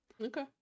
Okay